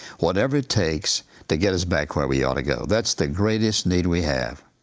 whatever it takes to get us back where we ought to go, that's the greatest need we have.